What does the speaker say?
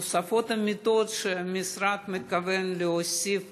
תוספת המיטות שהמשרד מתכוון להוסיף